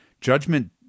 Judgment